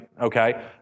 Okay